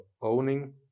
owning